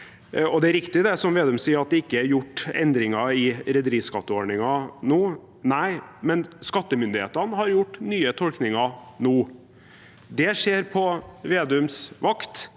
Det er riktig, som Vedum sier, at det ikke er gjort endringer i rederiskatteordningen nå, men skattemyndighetene har gjort nye tolkninger nå. Det skjer på Vedums vakt.